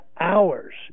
hours